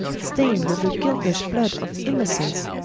stain'd with the guiltlesse blood of innocents,